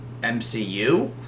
MCU